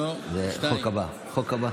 זה החוק הבא.